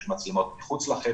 יש מצלמות מחוץ לחדר,